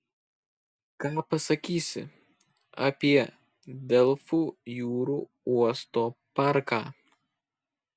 ką pasakysi apie delfų jūrų uosto parką